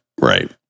Right